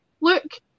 look